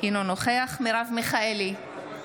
אינו נוכח מרב מיכאלי,